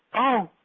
oh,